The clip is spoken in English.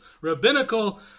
rabbinical